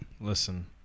Listen